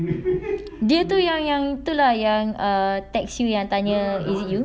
dia tu yang yang itu lah yang err text you yang tanya is you